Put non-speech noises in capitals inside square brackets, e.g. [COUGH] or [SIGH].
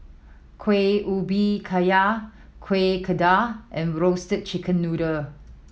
Kueh Ubi Kayu Kueh [UNINTELLIGIBLE] and Roasted Chicken Noodle